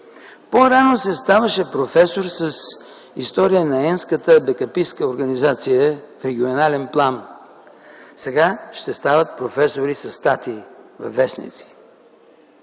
По-рано се ставаше професор с история на N-ската бекаписка организация в регионален план. Сега ще стават професори със статии във вестниците.